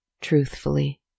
truthfully